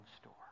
store